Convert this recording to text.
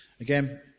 Again